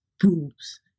boobs